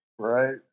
Right